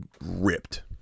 ripped